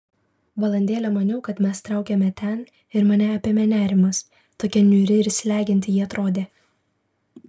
valandėlę maniau kad mes traukiame ten ir mane apėmė nerimas tokia niūri ir slegianti ji atrodė